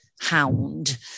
hound